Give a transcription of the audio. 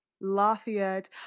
lafayette